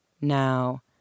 now